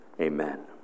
amen